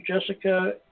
Jessica